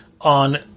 on